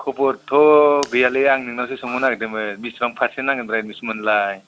खबरथ' गैयालै आं नोंनावसो सोंहरनो नागिरदोंमोन बेसेबां पारसेन्ट नांगोनब्रा एडमिसन मोननोलाय